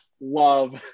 love